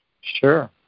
Sure